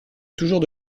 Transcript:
toujours